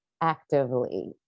actively